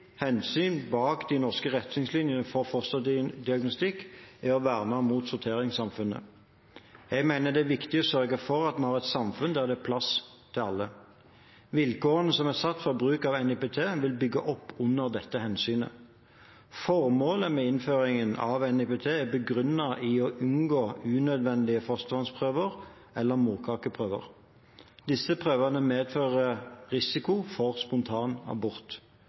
hensyn bak de norske retningslinjene for fosterdiagnostikk er å verne mot sorteringssamfunnet. Jeg mener det er viktig å sørge for at vi har et samfunn hvor det er plass til alle. Vilkårene som er satt for bruk av NIPT, vil bygge opp under dette hensynet. Formålet med innføringen av NIPT er begrunnet i å unngå unødvendige fostervannsprøver eller morkakeprøver. Disse prøvene medfører risiko for